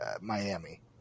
Miami